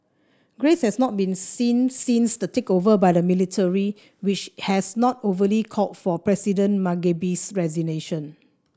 grace has not been seen since the takeover by the military which has not overtly called for President Mugabe's resignation